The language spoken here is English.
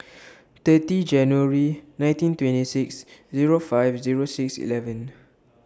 thirty January nineteen twenty six Zero five Zero six eleven